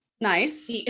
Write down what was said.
Nice